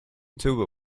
tuba